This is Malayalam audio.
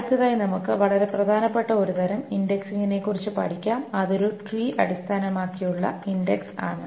അടുത്തതായി നമുക്ക് വളരെ പ്രധാനപ്പെട്ട ഒരു തരം ഇന്ഡക്സിനെക്കുറിച്ച് പഠിക്കാം അത് ഒരു ട്രീ അടിസ്ഥാനമാക്കിയുള്ള ഇൻഡക്സ് ആണ്